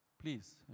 please